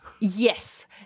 Yes